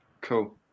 Cool